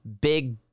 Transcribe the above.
Big